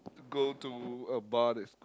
go to a bar that's c~